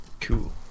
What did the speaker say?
cool